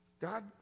God